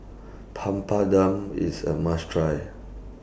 Papadum IS A must Try